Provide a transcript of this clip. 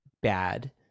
bad